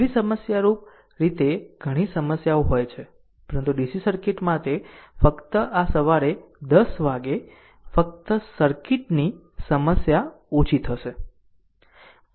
છેલ્લી સમસ્યારૂપ રીતે ઘણી સમસ્યાઓ હોય છે પરંતુ DC સર્કિટ માટે ફક્ત આ સવારે 10 વાગ્યે ફક્ત AC સર્કિટની સમસ્યા ઓછી થશે